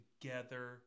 together